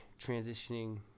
transitioning